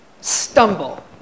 stumble